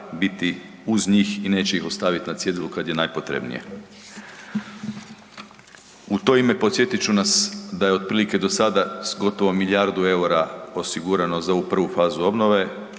biti uz njih i neće ih ostaviti na cjedilu kada je najpotrebnije. U to ime podsjetit ću nas da je otprilike do sada gotovo milijardu eura osigurano za ovu prvu fazu obnove,